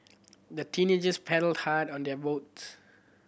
the teenagers paddled hard on their boats